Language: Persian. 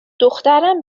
دخترم